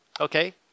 okay